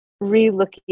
re-looking